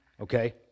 okay